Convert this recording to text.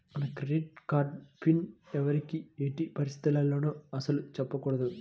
మన credit card PIN ఎవ్వరికీ ఎట్టి పరిస్థితుల్లోనూ అస్సలు చెప్పకూడదు